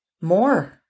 more